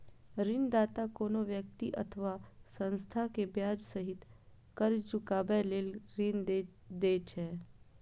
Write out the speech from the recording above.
ऋणदाता कोनो व्यक्ति अथवा संस्था कें ब्याज सहित कर्ज चुकाबै लेल ऋण दै छै